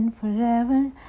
Forever